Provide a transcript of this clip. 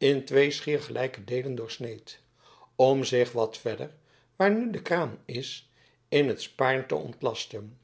in twee schier gelijke deelen doorsneed om zich wat verder waar nu de kraan is in het sparen te ontlasten